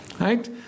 right